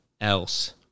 else